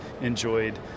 enjoyed